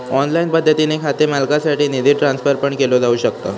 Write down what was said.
online पद्धतीने खाते मालकासाठी निधी ट्रान्सफर पण केलो जाऊ शकता